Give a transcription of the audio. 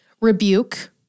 rebuke